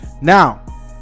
Now